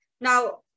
Now